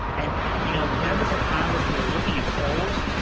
and you know members of congress who are looking at polls,